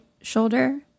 shoulder